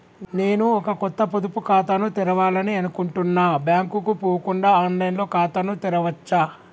నేను ఒక కొత్త పొదుపు ఖాతాను తెరవాలని అనుకుంటున్నా బ్యాంక్ కు పోకుండా ఆన్ లైన్ లో ఖాతాను తెరవవచ్చా?